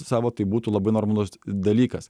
savo tai būtų labai normalus dalykas